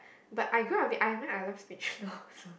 but I grow a bit I am I love spinach tho so